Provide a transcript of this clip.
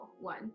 one